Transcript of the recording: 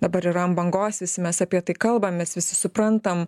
dabar yra ant bangos visi mes apie tai kalbam mes visi suprantam